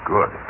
Good